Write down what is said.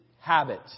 habit